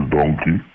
Donkey